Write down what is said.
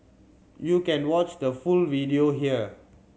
you can watch the full video here